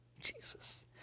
Jesus